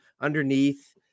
underneath